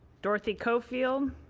dorothy co-field,